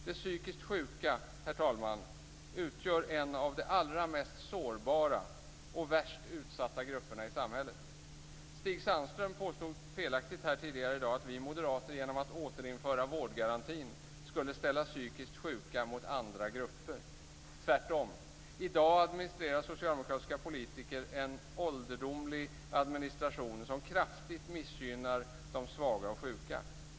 De psykiskt sjuka, herr talman, utgör en av de allra mest sårbara och värst utsatta grupperna i samhället. Stig Sandström påstod felaktigt här tidigare i dag att vi moderater genom att återinföra vårdgarantin skulle ställa psykiskt sjuka mot andra grupper. Det är precis tvärtom. I dag administrerar socialdemokratiska politiker en ålderdomlig administration som kraftigt missgynnar de svaga och sjuka.